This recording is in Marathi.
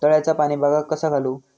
तळ्याचा पाणी बागाक कसा घालू?